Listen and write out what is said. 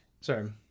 Sorry